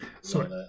Sorry